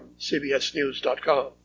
cbsnews.com